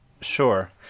Sure